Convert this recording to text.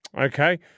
Okay